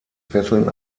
fesseln